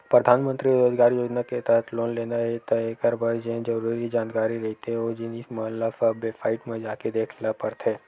परधानमंतरी रोजगार योजना के तहत लोन लेना हे त एखर बर जेन जरुरी जानकारी रहिथे ओ जिनिस मन ल सब बेबसाईट म जाके देख ल परथे